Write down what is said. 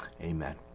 Amen